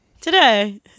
Today